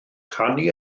canu